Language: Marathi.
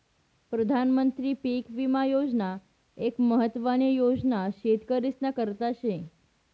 प्रधानमंत्री पीक विमा योजना एक महत्वानी योजना शेतकरीस्ना करता शे